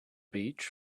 beach